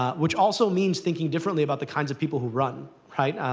ah which also means thinking differently about the kinds of people who run, right. um